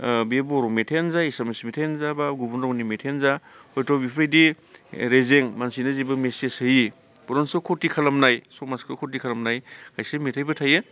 बे बर' मेथाइआनो जा बा एसामिस मेथाइआनो जा बा गुबुन रावनि मेथाइआनो जा हयथ' बेफोरबायदि रेजें मानसिनो जेबो मेसेज होयि बरन्स' खथि खालामनाय समाजखौ खथि खालामनाय खायसे मेथाइबो थायो